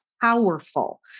powerful